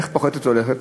איך פוחתת והולכת?